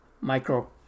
micro